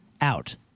out